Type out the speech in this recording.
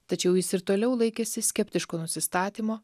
tačiau jis ir toliau laikėsi skeptiško nusistatymo